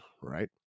right